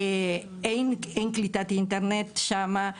אין קליטת אינטרנט שמה.